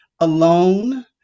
alone